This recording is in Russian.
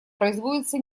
производится